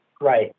Right